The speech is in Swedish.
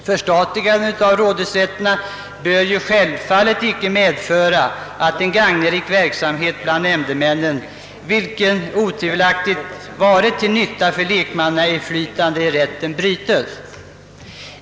Förstatligandet av rådhusrätterna bör självfallet inte medföra att en verksamhet bland nämndemännen, vilken otvivelaktigt varit till nytta för lekmannainflytandet i rätten, brytes.